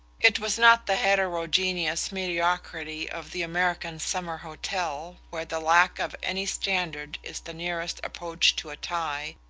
it was not the heterogeneous mediocrity of the american summer hotel where the lack of any standard is the nearest approach to a tie,